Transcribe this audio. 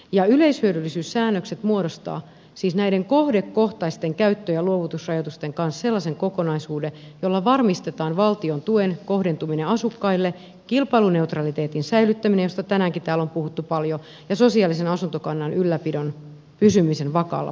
ja yleishyödyllisyyssäännökset muodostavat siis näiden kohdekohtaisten käyttö ja luovutusrajoitusten kanssa sellaisen kokonaisuuden jolla varmistetaan valtion tuen kohdentuminen asukkaille kilpailuneutraliteetin säilyttäminen josta tänäänkin täällä on puhuttu paljon ja sosiaalisen asuntokannan ylläpidon pysyminen vakaalla pohjalla